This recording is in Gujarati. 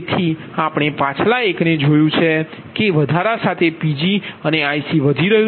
જેથી આપણે પાછલા એકને જોયું છે કે વધારા સાથે Pg અને IC વધી રહ્યું છે